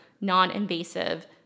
non-invasive